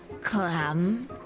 Clam